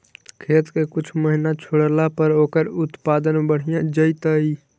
खेत के कुछ महिना छोड़ला पर ओकर उत्पादन बढ़िया जैतइ?